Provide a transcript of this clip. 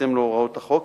בהתאם להוראות החוק.